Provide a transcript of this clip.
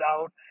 out